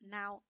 now